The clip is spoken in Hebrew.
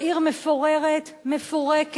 ירושלים יקרה לכולנו, אנחנו אוהבים את ירושלים,